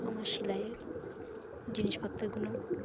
আমার সেলাইয়ের জিনিসপত্রগুলো